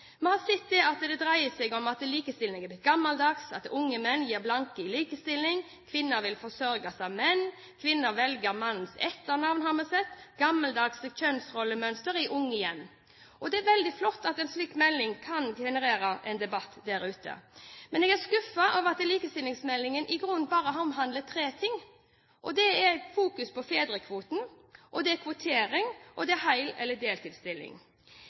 Vi har sett at det dreier seg om at likestilling er blitt gammeldags, at unge menn gir blanke i likestilling, kvinner vil forsørges av menn. Kvinner velger mannens etternavn, har vi sett, og gammeldagse kjønnsrollemønstre i unge hjem. Det er veldig flott at en slik melding kan generere en debatt der ute. Men jeg er skuffet over at likestillingsmeldingen i grunnen bare omhandler tre ting, og det er fokus på fedrekvoten, kvotering og hel- eller deltidsstilling.